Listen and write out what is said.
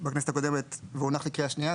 בכנסת הקודמת והונח לקריאה שנייה.